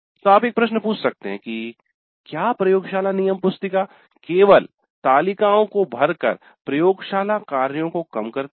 तो आप एक प्रश्न पूछ सकते हैं कि क्या प्रयोगशाला नियम पुस्तिका केवल तालिकाओं को भरकर प्रयोगशाला कार्यों को कम करती है